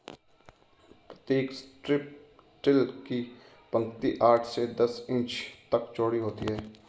प्रतीक strip till की पंक्ति आठ से दस इंच तक चौड़ी होती है